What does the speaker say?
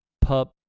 Pup